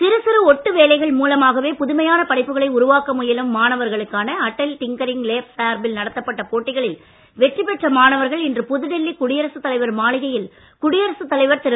சிறு சிறு ஒட்டு வேலைகள் மூலமாகவே புதுமையான படைப்புகளை உருவாக்க முயலும் மாணவர்களுக்கான அடல் டிங்கரிங் லேப் சார்பில் நடத்தப்பட்ட போட்டிகளில் வெற்றி பெற்ற மாணவர்கள் இன்று புதுடெல்லி குடியரசுத் தலைவர் மாளிகையில் குடியரசுத் தலைவர் திரு